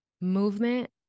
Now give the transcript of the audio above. movement